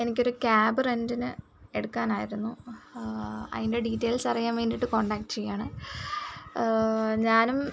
എനിക്കൊരു ക്യാബ് റെൻറിന് എടുക്കാനായിരുന്നു അതിൻ്റെ ഡീറ്റെയിൽസ് അറിയാൻ വേണ്ടിയിട്ട് കോണ്ടാക്ട് ചെയ്യുകയാണ് ഞാനും